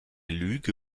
lüge